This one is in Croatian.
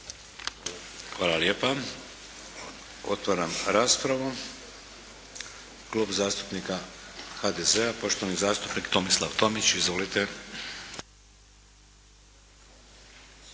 Hvala lijepa. Otvaram raspravu. Klub zastupnika HDZ-a. Poštovani zastupnik Tomislav Tomić. Izvolite.